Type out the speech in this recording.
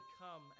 come